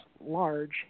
large